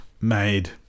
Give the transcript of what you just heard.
made